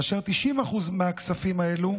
ו-90% מהכספים האלו